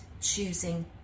choosing